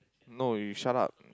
no you shut up